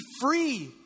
free